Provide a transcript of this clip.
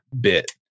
bit